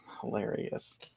hilarious